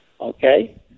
Okay